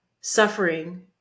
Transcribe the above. Suffering